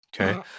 Okay